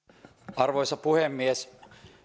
arvoisa puhemies